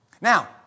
Now